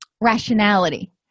rationality